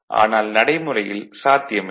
ஆனால் நடைமுறையில் சாத்தியமில்லை